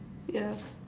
yeah